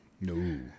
No